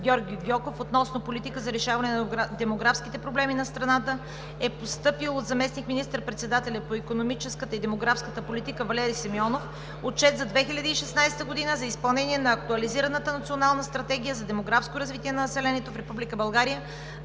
Георги Гьоков относно политика за решаване на демографските проблеми на страната от заместник министър-председателя по икономическата и демографската политика Валери Симеонов, е постъпил Отчет за 2016 г. за изпълнение на Актуализираната национална стратегия за демографско развитие на населението в